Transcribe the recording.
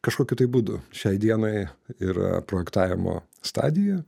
kažkokiu tai būdu šiai dienai yra projektavimo stadija